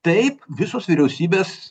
taip visos vyriausybės